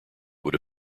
would